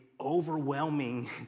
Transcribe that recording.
overwhelming